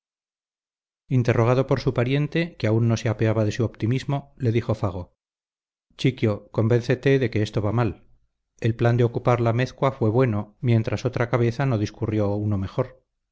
interrogado por su pariente que aún no se apeaba de su optimismo le dijo fago chiquio convéncete de que esto va mal el plan de ocupar la amézcoa fue bueno mientras otra cabeza no discurrió uno mejor